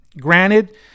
Granted